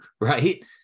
right